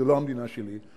זאת לא המדינה שלי.